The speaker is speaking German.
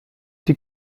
die